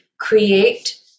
create